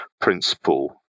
principle